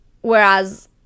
Whereas